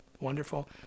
Wonderful